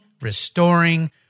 restoring